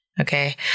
Okay